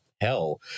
hell